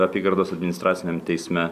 apygardos administraciniam teisme